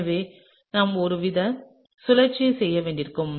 எனவே நாம் ஒருவித சுழற்சியைச் செய்ய வேண்டியிருக்கும்